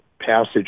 passage